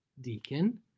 deacon